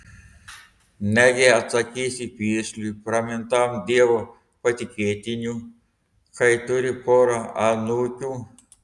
negi atsakysi piršliui pramintam dievo patikėtiniu kai turi porą anūkių